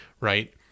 right